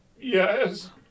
Yes